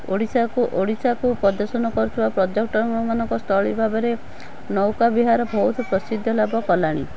ଓଡ଼ିଶାକୁ ଓଡ଼ିଶାକୁ ପର୍ଯ୍ୟଟନ କରୁଥିବା ପର୍ଯ୍ୟଟନ ମାନଙ୍କ ସ୍ଥଳୀ ଭାବେରେ ନୌକା ବିହାର ବହୁତ ପ୍ରସିଦ୍ଧ ଲାଭ କଲାଣି